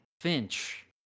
Finch